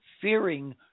fearing